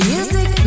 Music